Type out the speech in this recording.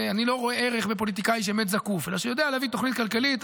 אני לא רואה ערך בפוליטיקאי שמת זקוף אלא שיודע להביא תוכנית כלכלית,